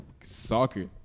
soccer